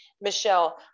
Michelle